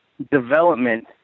development